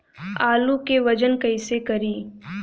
आलू के वजन कैसे करी?